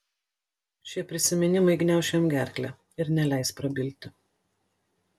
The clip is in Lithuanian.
šie prisiminimai gniauš jam gerklę ir neleis prabilti